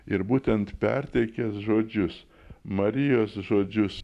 ir būtent perteikęs žodžius marijos žodžius